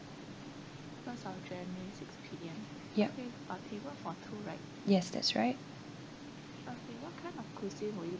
yup yes that's right